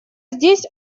здесь